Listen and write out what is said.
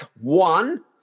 one